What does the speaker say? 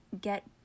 get